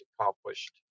accomplished